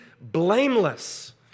blameless